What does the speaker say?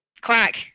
Quack